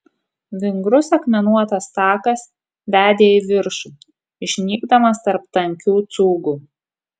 vingrus akmenuotas takas vedė į viršų išnykdamas tarp tankių cūgų